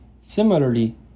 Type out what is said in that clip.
similarly